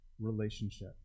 relationship